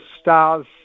stars